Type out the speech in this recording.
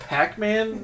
Pac-Man